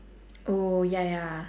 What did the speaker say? oh ya ya